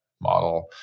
model